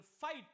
fight